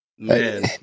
Man